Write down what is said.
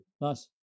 Nice